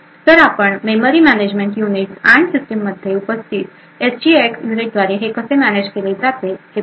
तर आपण memory management units आणि सिस्टीममध्ये उपस्थित एसजीएक्स युनिटद्वारे हे कसे मॅनेज केले जाते ते पाहू